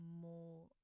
more